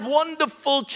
wonderful